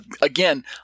Again